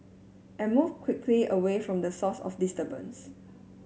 and move quickly away from the source of disturbance